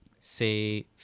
say